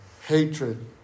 Hatred